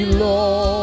Lord